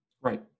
Right